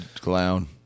clown